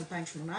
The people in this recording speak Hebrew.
2018,